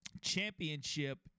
championship